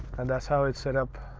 and that's how it's set up.